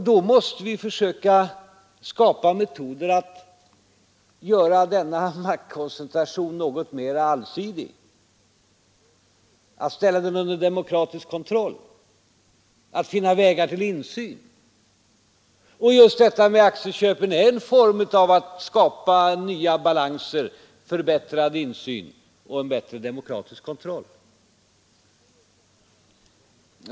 Då måste vi försöka skapa metoder att göra denna maktkoncentration något mera allsidig, att ställa den under demokratisk kontroll och finna vägar till insyn. Och just detta med aktieköpen är en form att skapa nya balanser, förbättrad insyn och yttre demokratisk kontroll.